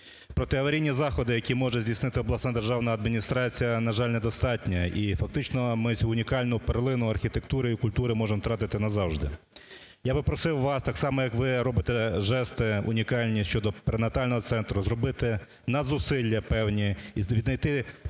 Протиаварійні заходи, які може здійснити обласна державна адміністрація, на жаль, недостатньо, і фактично ми цю унікальну перлину архітектури і культури можемо втратити назавжди. Я би просив вас так само, як ви робите жести унікальні щодо перинатального центру, зробити надзусилля певні і знайти певні